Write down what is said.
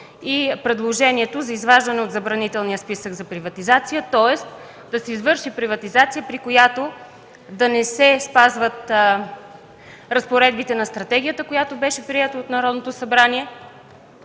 предложението за изваждането им от Забранителния списък за приватизация, тоест да се извърши приватизация, при която да не се спазват разпоредбите на стратегията, която беше приета от Народното събрание.